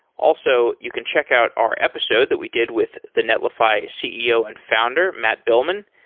also, you can check out our episode that we did with the netlify ceo and founder, matt billman.